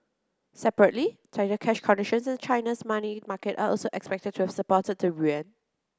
separately tighter cash conditions in China's money market are also expected to have supported the yuan